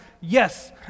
Yes